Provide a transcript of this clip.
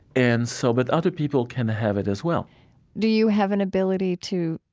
and so, but other people can have it as well do you have an ability to,